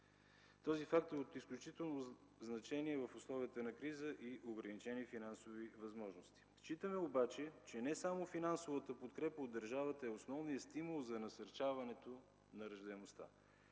Този факт е от изключително значение в условията на криза и ограничени финансови възможности. Считаме обаче, че не само финансовата подкрепа от държавата е основният стимул за насърчаването на раждаемостта.